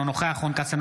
אינו נוכח רון כץ,